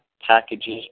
packages